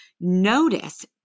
notice